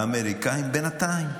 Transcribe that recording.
האמריקאים, בינתיים,